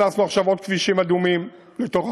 הכנסנו עכשיו עוד כבישים אדומים לתוך